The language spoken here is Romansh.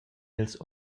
ils